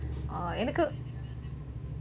oh எனக்கு:enakku